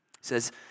says